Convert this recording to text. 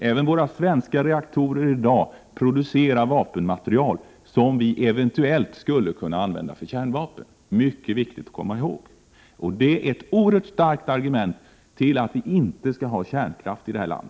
Även våra svenska reaktorer producerar i dag vapenmaterial som vi eventuellt skulle kunna använda för kärnvapen. Detta är mycket viktigt att komma ihåg. Det är ett oerhört starkt argument för att vi inte skall ha kärnkraft i detta land.